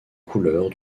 couleurs